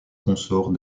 consort